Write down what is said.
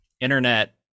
Internet